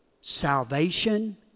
salvation